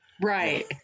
Right